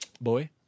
boy